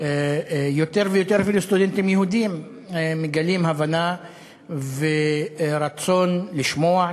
יותר ויותר אפילו סטודנטים יהודים מגלים הבנה ורצון לשמוע,